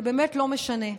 זה באמת לא משנה.